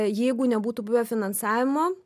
jeigu nebūtų buvę finansavimo